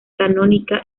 canónica